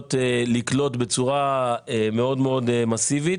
מסוגלות לקלוט בצורה מאוד מסיבית,